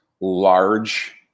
large